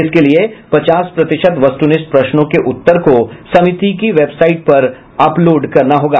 इसके लिए पचास प्रतिशत वस्तुनिष्ठ प्रश्नों के उत्तर को समिति की वेबसाइट पर अपलोड करना होगा